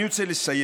אני רוצה לסיים.